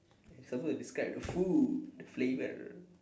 you are supposed to describe the food the flavour